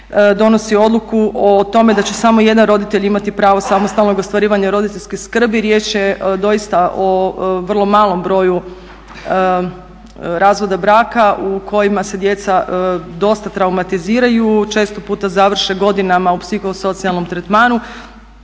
donosi odluku o tome da će samo jedan roditelj imati pravo samostalnog ostvarivanja roditeljske skrbi. Riječ je doista o vrlo malom broju razvoda braka u kojima se djeca dosta traumatiziraju, često puta završe godinama u psihosocijalnom tretmanu.